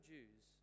Jews